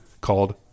called